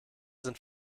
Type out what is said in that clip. sind